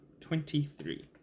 twenty-three